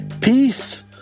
peace